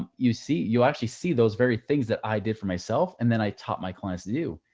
um you see, you actually see those very things that i did for myself. and then i taught my clients to do,